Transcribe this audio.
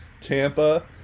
Tampa